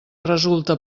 resulta